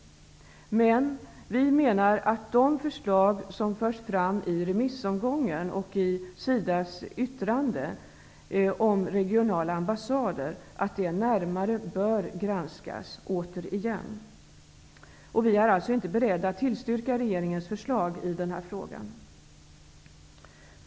Men vi socialdemokrater menar att de förslag som förts fram i remissomgången och i SIDA:s yttrande om regionala ambassader bör återigen granskas närmare. Vi är alltså inte beredda att tillstyrka regeringens förslag i den här frågan.